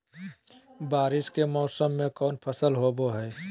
बारिस के मौसम में कौन फसल होबो हाय?